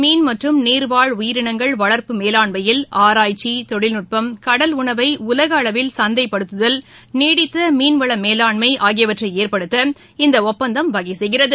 மீன் மற்றும் நீர்வாழ் உயிரினங்கள் வளர்ப்பு மேலாண்மையில் ஆராய்ச்சி தொழில்நுட்பம் கடல் உணவை உலக அளவில் சந்தைப்படுத்துதல் நீடித்த மீன்வள மேலாண்மை ஆகியவற்றை ஏற்படுத்த இந்த ஒப்பந்தம் வகை செய்கிறது